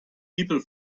people